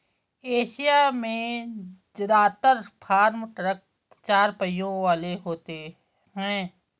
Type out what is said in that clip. Asia में जदात्र farm truck चार पहियों वाले होते हैं